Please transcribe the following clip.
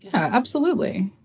yeah absolutely.